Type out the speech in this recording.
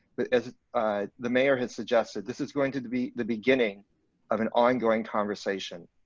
but as the mayor has suggested, this is going to to be the beginning of an ongoing conversation.